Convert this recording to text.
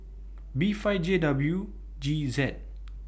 B five J W G Z